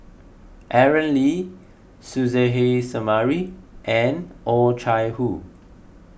Aaron Lee Suzairhe Sumari and Oh Chai Hoo